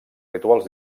rituals